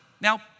Now